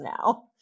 now